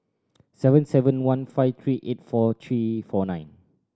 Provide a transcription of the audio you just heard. seven seven one five three eight four three four nine